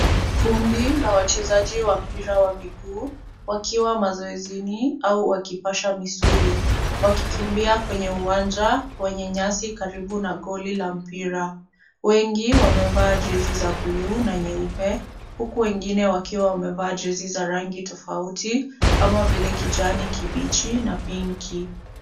Kundi la wachezaji wa mpira wa miguu wakiwa mazoezini au wakipasha misuli, wakikimbia kwenye uwanja wenye nyasi karibu na goli la mpira. Wengi wamevaa jezi za buluu na nyeupe huku wengine wakiwa wamevaa jezi za rangi tofauti kama vile kijani kibichi na pinki.